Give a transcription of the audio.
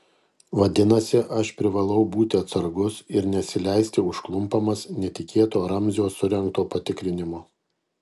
vadinasi aš privalau būti atsargus ir nesileisti užklumpamas netikėto ramzio surengto patikrinimo